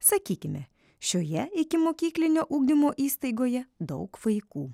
sakykime šioje ikimokyklinio ugdymo įstaigoje daug vaikų